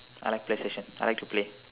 I like Playstation I like to play